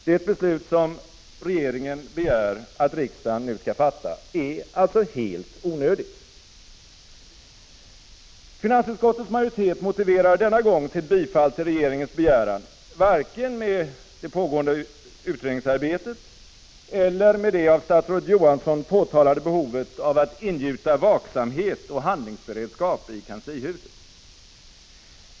Det beslut som regeringen begär att riksdagen nu skall fatta är alltså helt onödigt. Finansutskottets majoritet motiverar denna gång sitt bifall till regeringens begäran varken med det pågående utredningsarbetet eller med det av statsrådet Johansson påtalade behovet av att ingjuta vaksamhet och handlingsberedskap i kanslihuset.